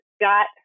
got